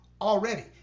already